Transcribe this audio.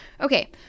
Okay